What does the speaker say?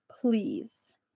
please